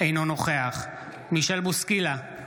אינו נוכח מישל בוסקילה,